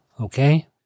okay